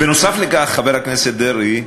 נוסף על כך, חבר הכנסת דרעי,